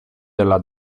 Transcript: della